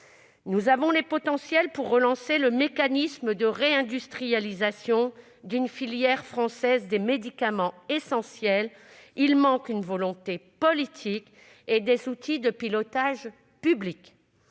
Nous avons les potentiels pour relancer le mécanisme de réindustrialisation d'une filière française des médicaments essentiels. Il manque une volonté politique et des outils de pilotage publics.